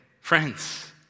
Friends